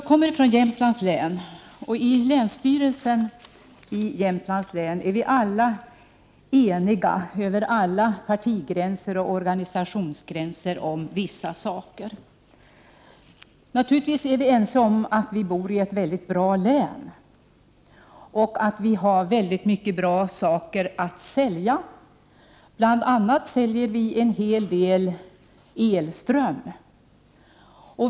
Jag kommer från Jämtlands län, och vi är inom länsstyrelsen i Jämtlands län eniga över alla partioch organisationsgränser om vissa saker. Naturligtvis är vi ense om att vi bor i ett mycket bra län, som har många bra saker att sälja. Bl.a. säljer vi en hel del elström.